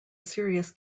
serious